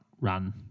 run